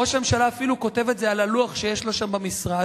ראש הממשלה אפילו כותב את זה על הלוח שיש לו שם במשרד.